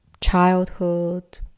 childhood